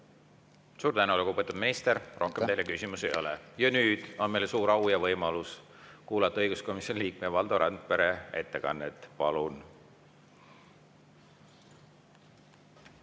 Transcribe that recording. Suur tänu, lugupeetud minister! Rohkem teile küsimusi ei ole. Nüüd on meil suur au ja võimalus kuulata õiguskomisjoni liikme Valdo Randpere ettekannet. Palun!